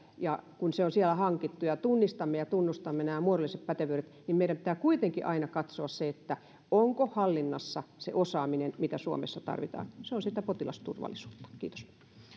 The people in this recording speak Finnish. kun se on siellä hankittu ja ja tunnistamme ja tunnustamme nämä muodolliset pätevyydet meidän pitää kuitenkin aina katsoa onko hallinnassa se osaaminen mitä suomessa tarvitaan se on sitä potilasturvallisuutta kiitos